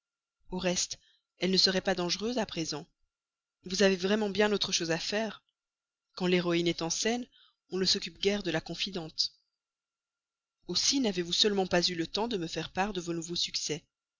au reste elle ne serait pas dangereuse à présent vous avez vraiment bien autre chose à faire quand l'héroïne est en scène on ne s'occupe guère de la confidente aussi n'avez-vous seulement pas eu le temps de me faire part de vos nouveaux succès